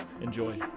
Enjoy